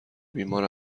بیمار